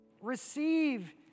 Receive